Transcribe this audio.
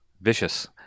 Vicious